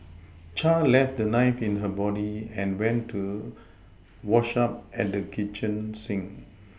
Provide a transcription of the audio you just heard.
Char left the knife in her body and went to wash up at the kitchen sink